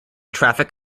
traffic